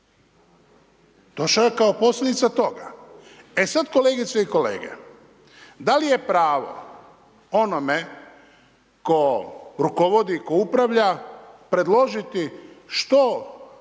Došao je kao posljedica toga. E sad, kolegice i kolege, da li je pravo onome tko rukovodi, tko upravlja predložiti što,